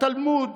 בתלמוד